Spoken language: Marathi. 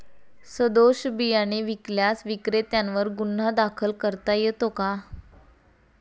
सदोष बियाणे विकल्यास विक्रेत्यांवर गुन्हा दाखल करता येतो का?